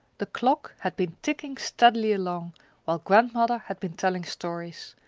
the clock had been ticking steadily along while grandmother had been telling stories,